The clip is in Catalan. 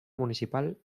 municipal